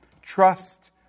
trust